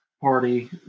party